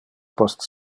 post